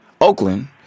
Oakland